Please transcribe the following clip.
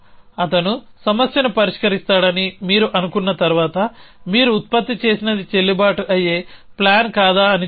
అతను సమస్యను పరిష్కరిస్తాడని మీరు అనుకున్న తర్వాత మీరు ఉత్పత్తి చేసినది చెల్లుబాటు అయ్యే ప్లాన్ కాదా అని చూడండి